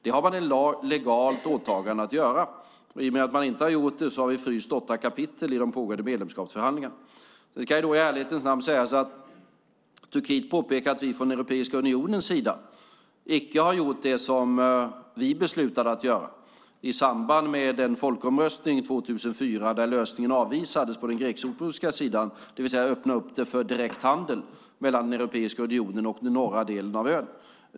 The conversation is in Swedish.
Det har man ett legalt åtagande att göra. I och med att man inte har gjort det har vi fryst åtta kapitel i de pågående medlemskapsförhandlingarna. Det kan då i ärlighetens namn sägas att Turkiet påpekar att vi från Europeiska unionens sida icke har gjort det som vi beslutade att göra i samband med en folkomröstning 2004, där lösningen avvisades på den grekcypriotiska sidan, det vill säga att öppna upp för direkt handel mellan Europeiska unionen och den norra delen av ön.